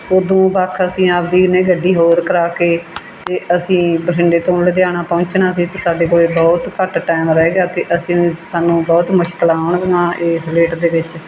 ਉਹ ਤੋਂ ਵੱਖ ਅਸੀਂ ਆਪਣੀ ਨਹੀਂ ਗੱਡੀ ਹੋਰ ਕਰਵਾ ਕੇ ਅਤੇ ਅਸੀਂ ਬਠਿੰਡੇ ਤੋਂ ਲੁਧਿਆਣਾ ਪਹੁੰਚਣਾ ਸੀ ਅਤੇ ਸਾਡੇ ਕੋਲ ਬਹੁਤ ਘੱਟ ਟੈਮ ਰਹਿ ਗਿਆ ਅਤੇ ਅਸੀਂ ਸਾਨੂੰ ਬਹੁਤ ਮੁਸ਼ਕਿਲਾਂ ਆਉਣਗੀਆਂ ਇਸ ਵੇਟ ਦੇ ਵਿੱਚ